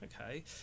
okay